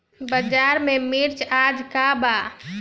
बाजार में मिर्च आज का बा?